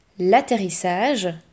L'atterrissage